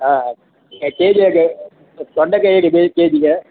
ಹಾಂ ಕೆಜಿ ಹೇಗೆ ತೊಂಡೆಕಾಯಿ ಹೇಗೆ ಕೆ ಜಿಗೆ